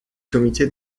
comité